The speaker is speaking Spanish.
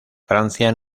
francia